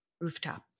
rooftop